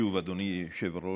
שוב, אדוני היושב-ראש,